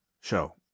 show